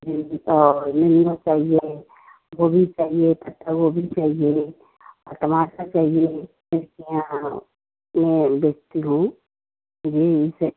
जी जी चाहिए गोभी चाहिए पत्ता गोभी चाहिए और टमाटर चाहिए बेचती हूँ जी इसे